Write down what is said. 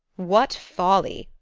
what folly!